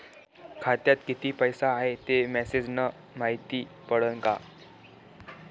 खात्यात किती पैसा हाय ते मेसेज न मायती पडन का?